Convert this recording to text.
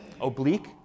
oblique